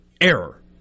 error